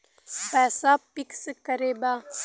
पैसा पिक्स करके बा?